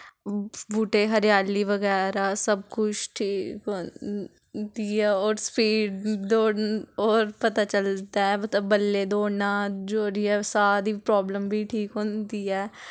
बूह्टें दी हरियाली बगैरा सब कुछ ठीक होंदी ऐ होर स्पीड़ होर पता चलदा ऐ मतलब बल्लें दौड़ना जेह्ड़ी साह् दी प्राबल्म बी ठीक होंदी ऐ